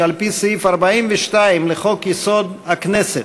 שעל-פי סעיף 42 לחוק-יסוד: הכנסת,